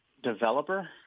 developer